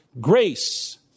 grace